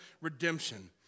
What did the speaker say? redemption